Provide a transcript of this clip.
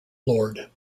lord